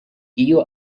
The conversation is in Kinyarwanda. iyo